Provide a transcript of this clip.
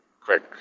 quick